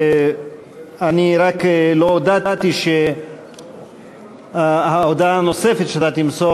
אני רק לא הודעתי שההודעה הנוספת שאתה תמסור